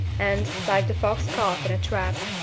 and, like the fox caught in a trap,